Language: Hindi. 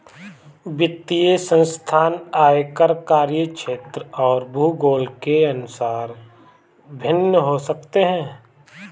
वित्तीय संस्थान आकार, कार्यक्षेत्र और भूगोल के अनुसार भिन्न हो सकते हैं